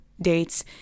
dates